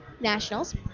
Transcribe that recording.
nationals